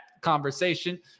Conversation